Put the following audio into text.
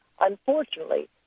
unfortunately